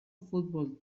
futbol